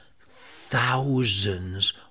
thousands